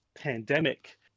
pandemic